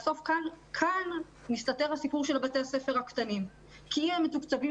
כאן מסתתר הסיפור של בתי הספר הקטנים כי הם מתוקצבים